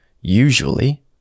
usually